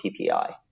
PPI